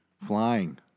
Flying